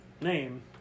name